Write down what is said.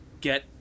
get